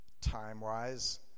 time-wise